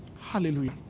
Hallelujah